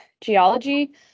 geology